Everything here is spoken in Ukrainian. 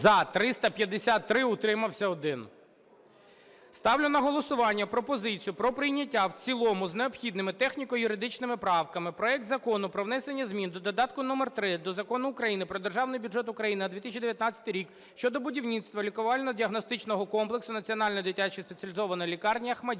За-353 Утримався – 1. Ставлю на голосування пропозицію про прийняття в цілому з необхідними техніко-юридичними правками проект Закону про внесення змін до додатку №3 до Закону України "Про Державний бюджет України на 2019 рік" щодо будівництва лікувально-діагностичного комплексу Національної дитячої спеціалізованої лікарні "